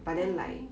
oh